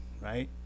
right